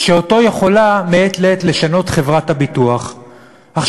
שאותו יכולות חברות הביטוח לשנות מעת לעת.